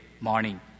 morning